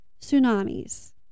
tsunamis